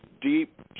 deep